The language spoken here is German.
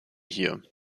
hier